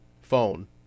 phone